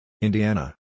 Indiana